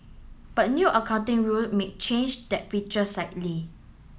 but new accounting rule may change that picture slightly